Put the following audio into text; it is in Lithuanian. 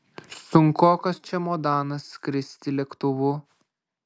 sunkokas čemodanas skristi lėktuvu